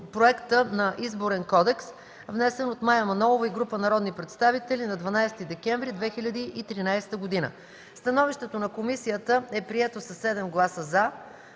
на Изборен кодекс, внесен от Мая Манолова и група народни представители на 12 декември 2013 г. Становището на комисията е прието със 7 гласа